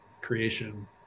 creation